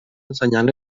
ensenyant